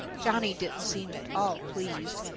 johnny didn't seem at all pleased.